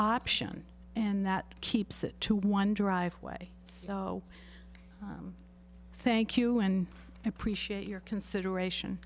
option and that keeps it to one driveway thank you and appreciate your consideration